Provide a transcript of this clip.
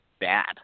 bad